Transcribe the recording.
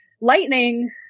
Lightning